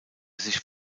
sich